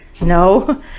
no